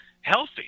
healthy